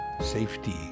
safety